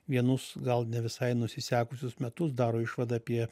vienus gal ne visai nusisekusius metus daro išvadą apie